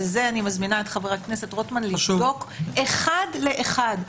ואני מזמינה את חבר הכנסת רוטמן לבדוק אחד לאחד.